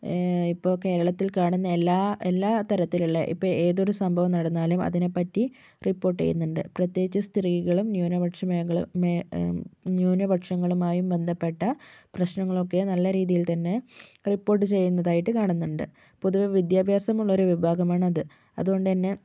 ഇപ്പോൾ കേരളത്തിൽ കാണുന്ന എല്ലാ എല്ലാ തരത്തിലുള്ള ഇപ്പോൾ ഏതൊരു സംഭവം നടന്നാലും അതിനെപ്പറ്റി റിപ്പോർട്ട് ചെയ്യുന്നുണ്ട് പ്രത്യേകിച്ച് സ്ത്രീകളും ന്യൂനപക്ഷ മേഖല ന്യൂനപക്ഷങ്ങളുമായും ബന്ധപ്പെട്ട പ്രശ്നങ്ങളൊക്കെ നല്ല രീതിയിൽ തന്നെ റിപ്പോർട്ട് ചെയ്യുന്നതായിട്ട് കാണുന്നുണ്ട് പൊതുവെ വിദ്യാഭ്യാസം ഉള്ള ഒരു വിഭാഗമാണ് അത് അതുകൊണ്ടുതന്നെ